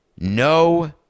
No